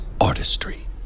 artistry